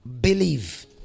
believe